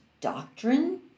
doctrine